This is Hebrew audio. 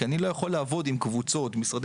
כי אני לא יכול לעבוד עם קבוצות ומשרדי